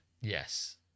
yes